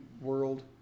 World